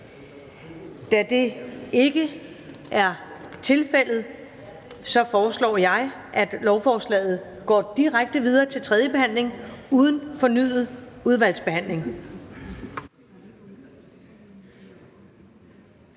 Det er vedtaget. Jeg foreslår, at lovforslagene går direkte til tredje behandling uden fornyet udvalgsbehandling.